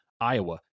Iowa